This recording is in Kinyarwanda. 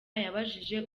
yabajije